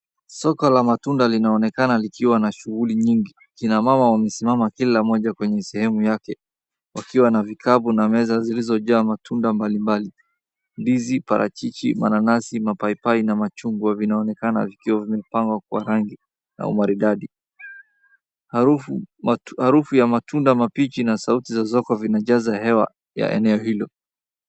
Soko la matunda linaonekana likiwa na shughuli mingi, kina mama wamesimama kila mmoja kwenye sehemu yake wakiwa na vikapu na meza zilizojaa matunda mbalimbali, ndizi, parachichi, mananasi, mapapai na machungwa vinaonekana vikiwa vimepangwa kwa laini au maridadi. Harufu matunda harufu ya matunda mabichi na sauti za soko vinajaza hewa ya eneo hilo.